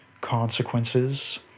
consequences